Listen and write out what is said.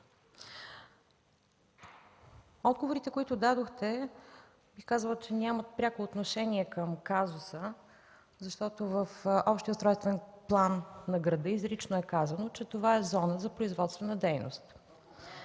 Отговорите, които дадохте, бих казала, че нямат пряко отношение към казуса, защото в Общия устройствен план на града изрично е казано, че това е зона за производствена дейност.